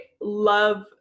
love